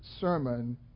sermon